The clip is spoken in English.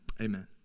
Amen